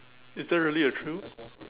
is there really a thrill